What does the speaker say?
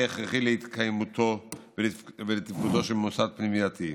הכרחי להתקיימותו ולתפקודו של מוסד פנימייתי.